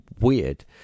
weird